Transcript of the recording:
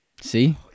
See